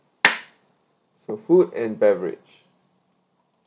so food and beverage